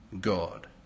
God